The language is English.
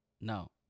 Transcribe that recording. No